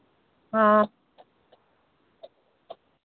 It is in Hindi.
हाँ